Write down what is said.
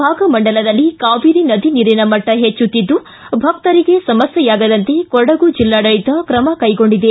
ಭಾಗಮಂಡಲದಲ್ಲಿ ಕಾವೇರಿ ನದಿ ನೀರಿನ ಮಟ್ಟ ಹೆಚ್ಚುತ್ತಿದ್ದು ಭಕ್ತರಿಗೆ ಸಮಸ್ಕೆಯಾಗದಂತೆ ಕೊಡಗು ಜಿಲ್ಲಾಡಳಿತ ತ್ರಮ ಕೈಗೊಂಡಿದೆ